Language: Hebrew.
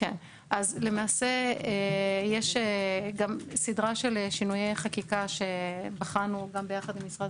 למעשה יש גם סדרה של שינויי חקיקה שבחנו גם ביחד עם משרד